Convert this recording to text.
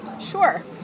sure